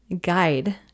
guide